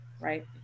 Right